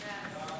ההצעה להעביר